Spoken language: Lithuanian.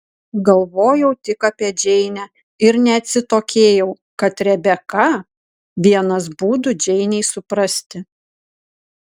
galvojau tik apie džeinę ir neatsitokėjau kad rebeka vienas būdų džeinei suprasti